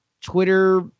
Twitter